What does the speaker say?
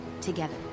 together